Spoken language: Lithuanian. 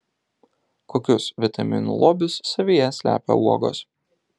kokius vitaminų lobius savyje slepia uogos